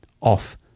off